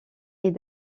est